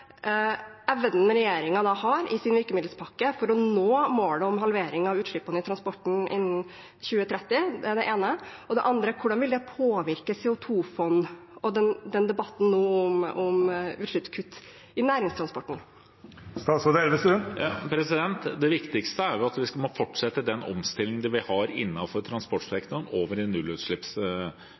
evnen regjeringen har – med sin virkemiddelpakke – til å nå målet om en halvering av utslippene i transportsektoren innen 2030? Det var det ene. Det andre er: Hvordan vil det påvirke CO 2 -fond og debatten nå om utslippskutt i næringstransporten? Det viktigste er at vi må fortsette den omstillingen vi har innenfor transportsektoren, over til en nullutslippsteknologi. Der er det engangsavgiften som er det viktigste virkemidlet vi har. Det er i